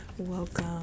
Welcome